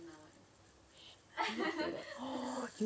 oh shit